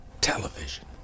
television